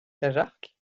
cajarc